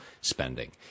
spending